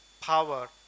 power